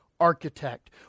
architect